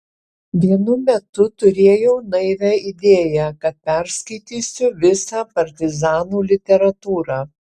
vienu metu turėjau naivią idėją kad perskaitysiu visą partizanų literatūrą